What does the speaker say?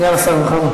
סגן השר, בכבוד.